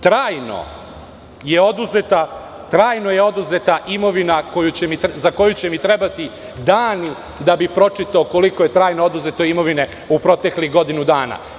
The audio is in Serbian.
Trajno je oduzeta imovina za koju će mi trebati dani da bih pročitao koliko je trajno oduzeto imovine u proteklih godinu dana.